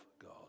God